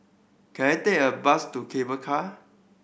can I take a bus to Cable Car